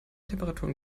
temperaturen